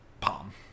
palm